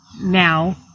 now